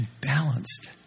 balanced